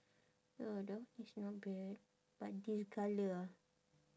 ya that one is not bad but this colour ah